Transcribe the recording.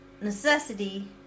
necessity